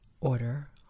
order